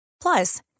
Plus